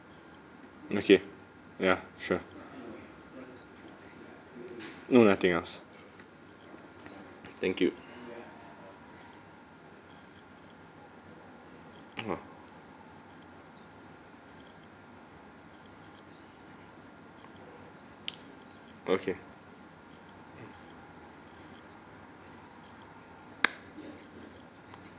okay ya sure no nothing else thank you orh okay